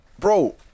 bro